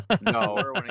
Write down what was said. No